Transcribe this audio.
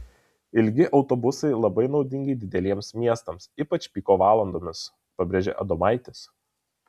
ilgi autobusai labai naudingi dideliems miestams ypač piko valandomis pabrėžė adomaitis